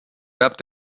peab